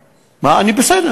אני לא משוכנע,